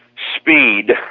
speed